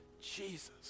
Jesus